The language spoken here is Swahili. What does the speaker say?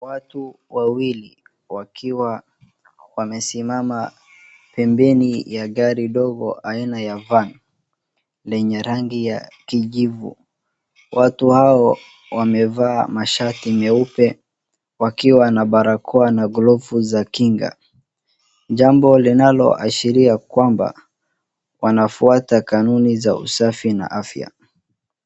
Watu wawili wakiwa wamesimama pembeni ya gari ndogo aina ya van lenye rangi ya kijivu. Watu hao wamevaa mashati meupe wakiwa na barakoa na glovu za kinga. Jambo linashikilia ya kwamba wanafwata kanunu za kanuni na afya.